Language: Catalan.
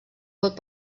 vot